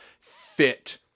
fit